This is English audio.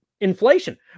inflation